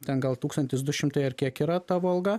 ten gal tūkstantis du šimtai ar kiek yra tavo alga